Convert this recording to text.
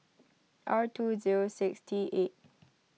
R two zero six T eight